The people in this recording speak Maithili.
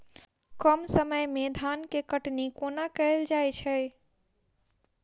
कम समय मे धान केँ कटनी कोना कैल जाय छै?